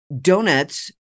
donuts